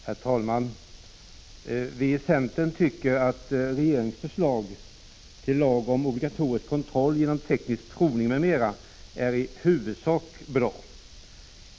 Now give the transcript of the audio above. Herr talman! Vi i centern tycker att regeringens förslag till lag om obligatorisk kontroll genom teknisk provning m.m. i huvudsak är bra.